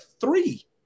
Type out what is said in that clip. three